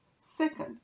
Second